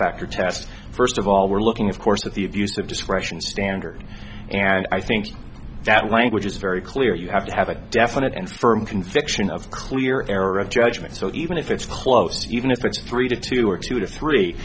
factor test first of all we're looking of course of the abuse of discretion standard and i think that language is very clear you have to have a definite and firm conviction of clear error of judgment so even if it's close even if it's three to two or two to three